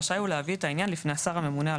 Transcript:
רשאי הוא להביא את העניין לפני השר הממונה על